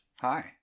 Hi